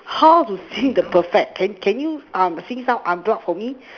how to sing the perfect can you can you uh sing some unblock for me